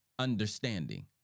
Understanding